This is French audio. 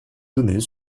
données